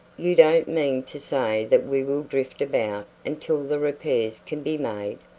you don't mean to say that we will drift about until the repairs can be made?